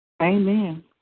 Amen